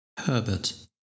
Herbert